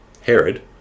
Herod